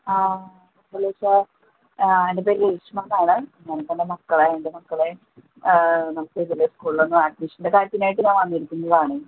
ആ hello sir ആ എൻ്റെ പേര് രേഷ്മ എന്നാണ് ഞാനിപ്പോൾ എൻ്റെ മക്കളെ എൻ്റെ മക്കളെ നമുക്കിതിൽ സ്കൂളിലൊന്ന് അഡ്മിഷൻ്റെ കാര്യയത്തിനായിട്ട് ഞാൻ വന്നിരിക്കുന്നത് ആണ്